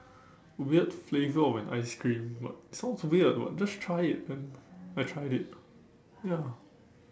weird flavour of an ice cream but sounds weird but just try it and I tried it ya